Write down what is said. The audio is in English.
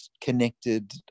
connected